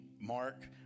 Mark